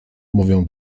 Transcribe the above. mówią